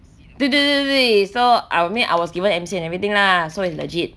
对对对对对对对 so I mean I was given M_C and everything lah so it's legit